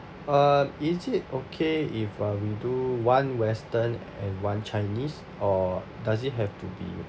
uh is it okay if uh we do one western and one chinese or does it have to be